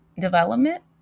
development